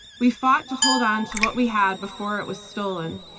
we fought to hold on to what we had before it was stolen,